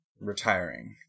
retiring